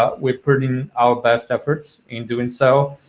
ah we are putting our best efforts in doing so,